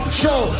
show